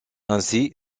ainsi